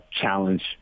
challenge